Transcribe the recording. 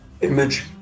image